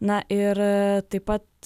na ir taip pat